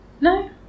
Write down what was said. No